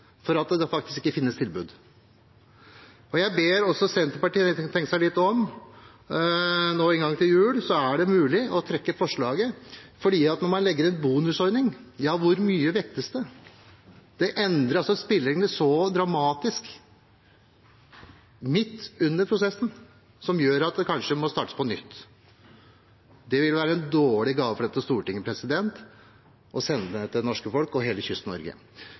for at det faktisk ikke finnes tilbud? Jeg ber også Senterpartiet tenke seg litt om. Nå ved inngangen til jul er det mulig å trekke forslaget. For når man legger inn en bonusordning: Hvor mye vektes det? Det endrer altså spillereglene så dramatisk midt under prosessen, noe som gjør at den kanskje må startes på nytt. Det vil være en dårlig gave fra dette Stortinget å sende til det norske folk og hele